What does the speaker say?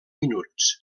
minuts